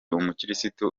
umukirisitu